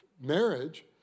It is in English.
marriage